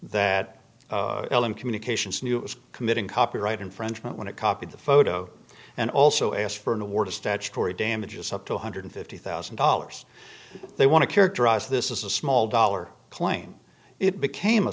elam communications knew it was committing copyright infringement when it copied the photo and also asked for an award of statutory damages up to one hundred and fifty thousand dollars they want to characterize this is a small dollar claim it became a